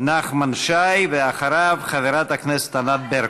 נחמן שי, ואחריו, חברת הכנסת ענת ברקו.